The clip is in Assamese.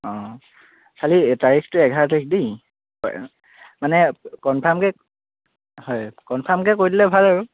অঁ খালি তাৰিখটো এঘাৰ তাৰিখ দেই মানে কনফাৰ্মকৈ হয় কনফাৰ্মকৈ কৈ দিলে ভাল আৰু